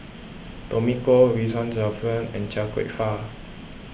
Tommy Koh Ridzwan Dzafir and Chia Kwek Fah